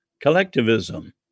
collectivism